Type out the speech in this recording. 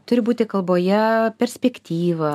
turi būti kalboje perspektyva